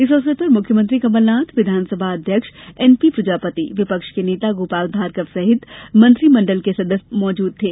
इस अवसर पर मुख्यमंत्री कमलनाथ विधानसभा अध्यक्ष एनपी प्रजापति विपक्ष के नेता गोपाल भार्गव सहित मंत्रिमण्डल के सदस्य सहित कई जनप्रतिनिधि मौजूद थे